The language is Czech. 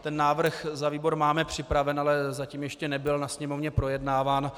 Ten návrh za výbor máme připraven, ale zatím ještě nebyl na Sněmovně projednáván.